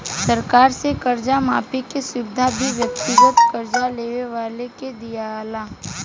सरकार से कर्जा माफी के सुविधा भी व्यक्तिगत कर्जा लेवे वाला के दीआला